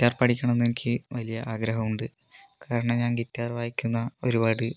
guitar പഠിക്കണമെന്ന് എനിക്ക് വലിയ ആഗ്രഹമുണ്ട് കാരണം ഞാൻ ഗിറ്റാർ വായിക്കുന്ന ഒരുപാട്